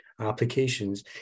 applications